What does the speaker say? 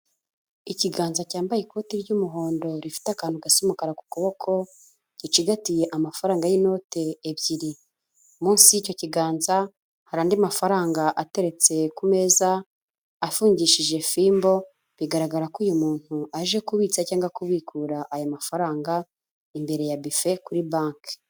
Ikiganza cyambaye ikoti ry'umuhondo rifite akantu gasa umukara ku kuboko, gicigatiye amafaranga y'inote ebyiri, munsi y'icyo kiganza hari andi mafaranga ateretse ku meza afungishije fimbo, bigaragara ko uyu muntu aje kubitsa cyangwa kubikura ayo mafaranga imbere ya bife kuri banki.